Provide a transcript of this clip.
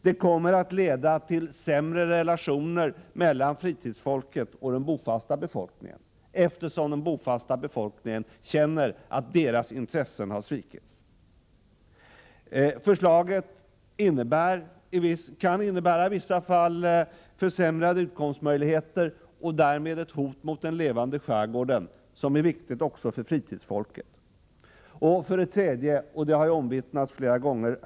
Det kommer att leda till sämre relationer mellan fritidsfolket och den bofasta befolkningen eftersom den bofasta befolkningen känner att deras intressen har svikits. Förslaget kan i vissa fall innebära försämrade utkomstmöjligheter och därmed ett hot mot den levande skärgården. Att vi har en levande skärgård är ju viktigt också för fritidsfolket.